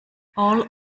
all